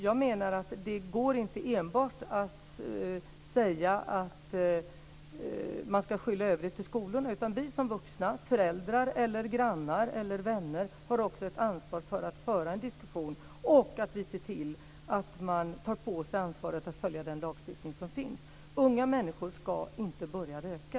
Jag menar att det inte enbart går att skylla detta på skolorna. Vi som vuxna; föräldrar, grannar eller vänner har också ett ansvar för att föra en diskussion. Vi måste också ta på oss ansvaret att följa den lagstiftning som finns. Unga människor ska inte börja röka.